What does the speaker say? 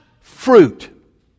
fruit